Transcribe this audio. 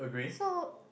so